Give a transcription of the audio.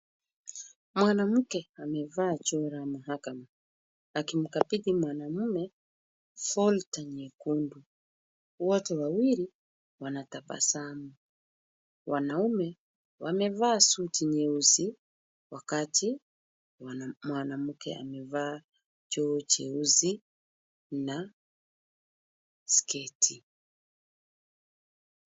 Mwanamke amevaa joho la mahakama akimkabidhi mwanamume folder nyekundu. Wote wawili wanatabasamu. Wanaume wamevaa suti nyeusi wakati mwanamke amevaa joho jeusi na sketi.